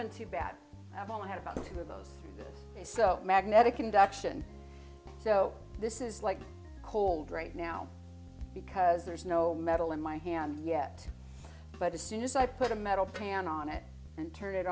been too bad i've only had about two of those so magnetic induction so this is like cold right now because there's no metal in my hand yet but as soon as i put a metal pan on it and turn it